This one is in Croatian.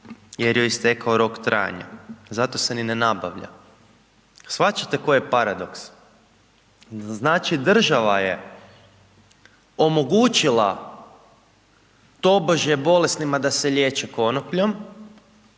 joj je istakao rok trajanja, zato se i ne nabavlja. Shvaćate koji je paradoks? Znači država je omogućila tobožnje bolesnima da se liječe konopljom,